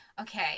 Okay